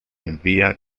envía